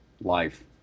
life